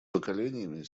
поколениями